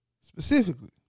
Specifically